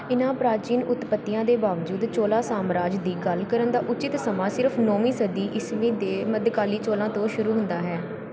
ਇਹਨਾਂ ਪ੍ਰਾਚੀਨ ਉਤਪੱਤੀਆਂ ਦੇ ਬਾਵਜੂਦ ਚੋਲਾ ਸਾਮਰਾਜ ਦੀ ਗੱਲ ਕਰਨ ਦਾ ਉਚਿਤ ਸਮਾਂ ਸਿਰਫ ਨੌਵੀਂ ਸਦੀ ਈਸਵੀ ਦੇ ਮੱਧਕਾਲੀ ਚੋਲਾ ਤੋਂ ਸ਼ੁਰੂ ਹੁੰਦਾ ਹੈ